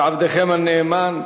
עבדכם הנאמן,